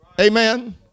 Amen